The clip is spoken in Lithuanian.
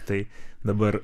tai dabar